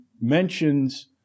mentions